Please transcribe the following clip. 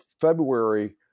February